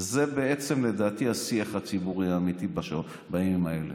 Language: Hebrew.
זה בעצם לדעתי השיח הציבורי האמיתי בימים האלה,